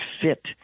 fit